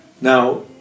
Now